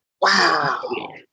Wow